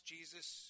Jesus